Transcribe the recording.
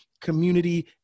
community